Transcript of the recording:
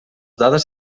dades